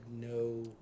no